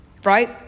Right